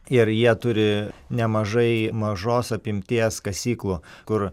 ir jie turi nemažai mažos apimties kasyklų kur